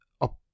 up